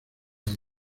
año